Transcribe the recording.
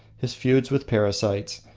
his feuds with parasites,